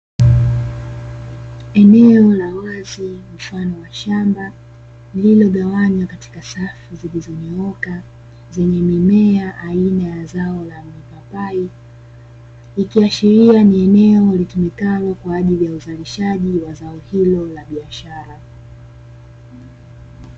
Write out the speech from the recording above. Eneo la wazi mfano wa shamba lililogawanywa katika safu zilizonyooka zenye mimea aina ya zao la mipapai, ikiashiria ni eneo litumikalo kwa ajili ya uzalishaji wa zao hilo la biashara.